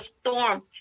storm